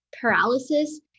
paralysis